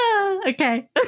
Okay